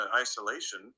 isolation